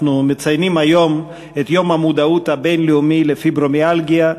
אנחנו מציינים היום את יום המודעות הבין-לאומי לפיברומיאלגיה,